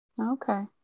Okay